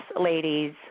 ladies